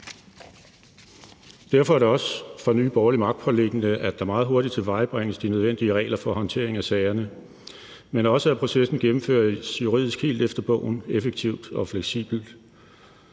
Derfor er det også for Nye Borgerlige magtpåliggende, at der meget hurtigt tilvejebringes de nødvendige regler for håndtering af sagerne, men også at processen gennemføres juridisk helt efter bogen, effektivt og fleksibelt,